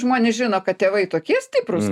žmonės žino kad tėvai tokie stiprūs